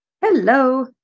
Hello